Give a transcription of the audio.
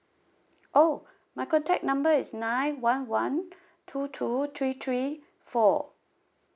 oh my contact number is nine one one two two three three four